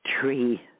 Tree